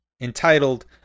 entitled